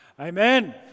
Amen